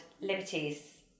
Liberties